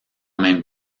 même